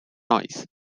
noise